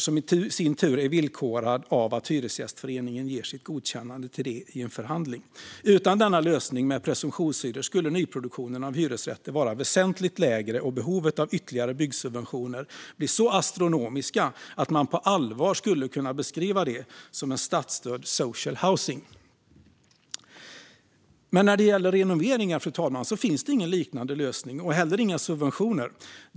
Detta är i sin tur villkorat med att Hyresgästföreningen ger sitt godkännande till det i en förhandling. Utan denna lösning med presumtionshyror skulle nyproduktionen av hyresrätter vara väsentligt lägre och behovet av ytterligare byggsubventioner bli så astronomiskt att man på allvar skulle kunna beskriva det som statsstödd social housing. När det gäller renoveringar, fru talman, finns det ingen liknande lösning och heller inga subventioner.